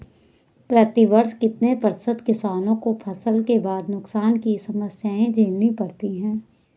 प्रतिवर्ष कितने प्रतिशत किसानों को फसल के बाद नुकसान की समस्या झेलनी पड़ती है?